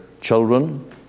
children